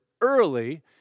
early